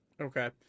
Okay